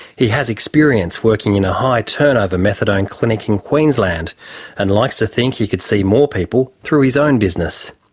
he has experience working in a high-turnover methadone clinic in queensland and likes to think he could see more people through his own business.